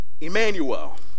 Emmanuel